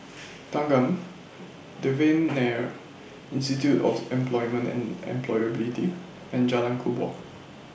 Thanggam Devan Nair Institute of Employment and Employability and Jalan Kubor